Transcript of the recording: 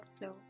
flow